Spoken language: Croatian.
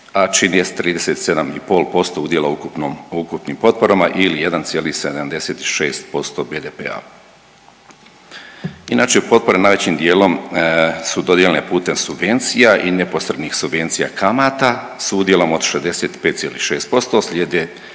a čini je 37,5% udjela u ukupnim potporama ili 1,76% BDP-a. Inače potpore najvećim dijelom su dodijeljene putem subvencija i neposrednih subvencija kamata s udjelom od 65,6% slijede